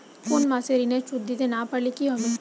কোন মাস এ ঋণের সুধ দিতে না পারলে কি হবে?